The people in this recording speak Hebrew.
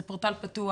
זה פורטל פתוח.